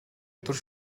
өдөр